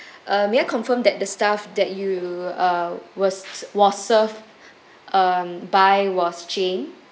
uh may I confirmed that the staff that you uh was was served um by was jane